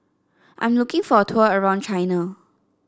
I'm looking for a tour around China